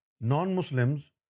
non-Muslims